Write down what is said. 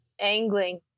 angling